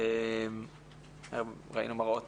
ראינו מראות